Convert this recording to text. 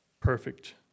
perfect